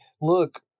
look